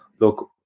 look